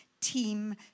team